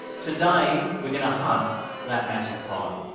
today we're going to hunt for that massive prime.